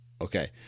Okay